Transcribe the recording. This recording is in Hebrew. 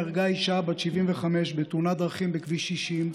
נהרגה אישה בת 75 בתאונת דרכים בכביש 60,